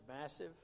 massive